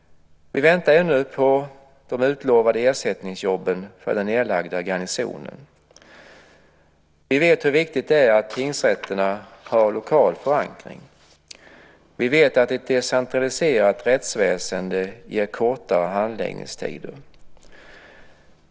Vi väntar ännu på de utlovade ersättningsjobben för den nedlagda garnisonen. Vi vet hur viktigt det är att tingsrätterna har lokal förankring. Vi vet att ett decentraliserat rättsväsende ger kortare handläggningstider.